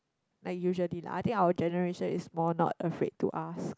like usually lah I think our generation is more not afraid to ask